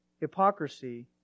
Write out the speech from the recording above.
Hypocrisy